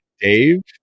Dave